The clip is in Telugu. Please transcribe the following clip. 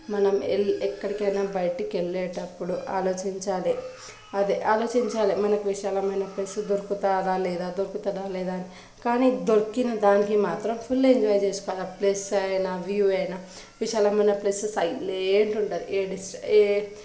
మనం ఎ ఎక్కడికైనా బయటకెళ్ళేటప్పుడు ఆలోచించాలి అదే ఆలోచించాలి మనకు విశాలమైన ప్లేసు దొరుకుతాదా లేదా దొరుకుతదా లేదా అని కానీ దొరికిన దానికి మాత్రం ఫుల్ ఎంజాయ్ చేసుకోవాలా ప్లేస్ అయినా వ్యూ అయినా విశాలమైన ప్లేసెస్ హైలేట్ ఉంటుంది